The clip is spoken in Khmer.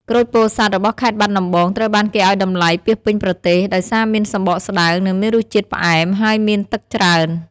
ក្រូចពោធិ៍សាត់របស់ខេត្តបាត់ដំបង ត្រូវបានគេឱ្យតម្លៃពាសពេញប្រទេស ដោយសារមានសំបកស្តើង និងមានរសជាតិផ្អែម ហើយមានទឹកច្រើន។